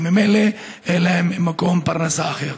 ממילא אין להן מקור פרנסה אחר.